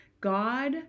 God